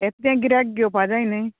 येत तें गिऱ्याक घेवपा जाय न्ही